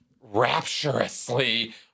rapturously